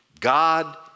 God